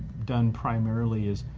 done primarily is,